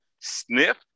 Sniff